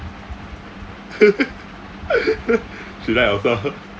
she like elsa